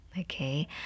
okay